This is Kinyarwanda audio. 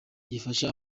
gifasha